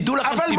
תדעו לכם --- משה,